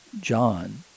John